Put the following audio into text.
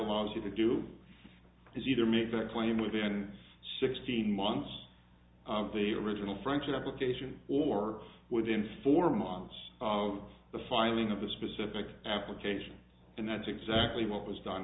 allows you to do is either make their claim within sixteen months of the original french application or within four months of the finding of the specific application and that's exactly what was done